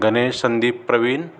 Ganesh Sandeep Pravin